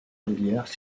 rivière